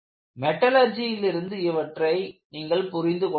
மெட்டலர்ஜிலிருந்து இவற்றை நீங்கள் புரிந்து கொள்ள வேண்டும்